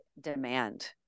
demand